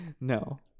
No